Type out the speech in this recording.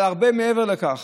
אבל הרבה מעבר לכך,